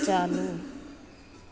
चालू